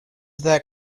that